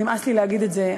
כבר נמאס לי להגיד את זה,